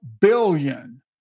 billion